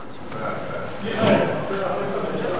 ההצעה